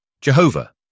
Jehovah